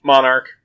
Monarch